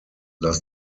does